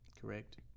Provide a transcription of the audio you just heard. Correct